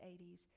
80s